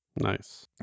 Nice